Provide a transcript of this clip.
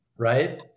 Right